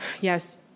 Yes